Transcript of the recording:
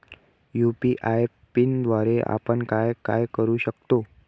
UPI पिनद्वारे आपण काय काय करु शकतो?